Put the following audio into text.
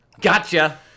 Gotcha